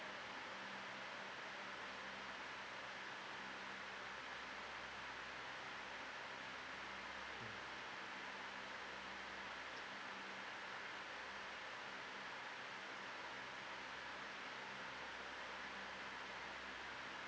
mm